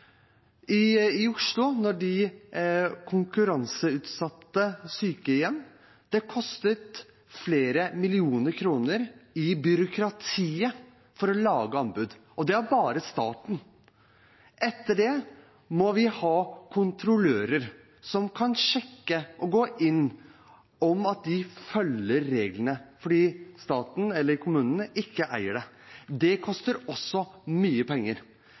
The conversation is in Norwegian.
I Oslo, da de konkurranseutsatte sykehjem, kostet det flere millioner kroner i byråkratiet å lage anbud. Og det er bare starten. Etter det må man ha kontrollører som kan sjekke og gå inn og se om de følger reglene, fordi staten eller kommunen ikke eier det. Det koster også mye penger.